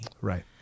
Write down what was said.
right